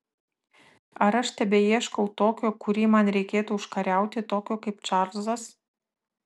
ar aš tebeieškau tokio kurį man reikėtų užkariauti tokio kaip čarlzas